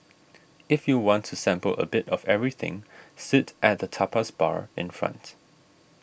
if you want to sample a bit of everything sit at the tapas bar in front